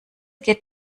geht